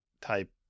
type